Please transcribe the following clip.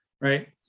right